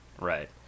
Right